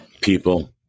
People